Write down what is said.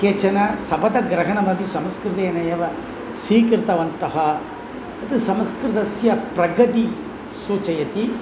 केचन शपथग्रहणमपि संस्कृतेन एव स्वीकृतवन्तः त् संस्कृतस्य प्रगतिं सूचयति